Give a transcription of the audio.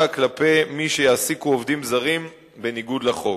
כלפי מי שיעסיקו עובדים זרים בניגוד לחוק.